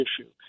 issue